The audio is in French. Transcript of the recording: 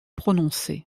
prononcé